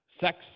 Sex